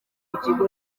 umugabo